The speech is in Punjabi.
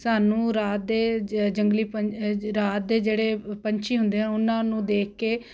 ਸਾਨੂੰ ਰਾਤ ਦੇ ਜੰਗਲੀ ਪੰ ਰਾਤ ਦੇ ਜਿਹੜੇ ਪੰਛੀ ਹੁੰਦੇ ਆ ਉਹਨਾਂ ਨੂੰ ਦੇਖ ਕੇ